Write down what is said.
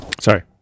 Sorry